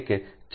5 છે